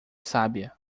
sábia